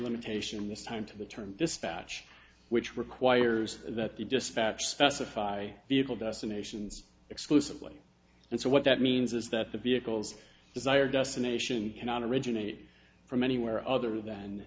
limitation this time to the term dispatch which requires that the dispatch specify vehicle destinations exclusively and so what that means is that the vehicles desired destination cannot originate from anywhere other than